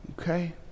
okay